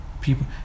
people